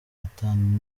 atanu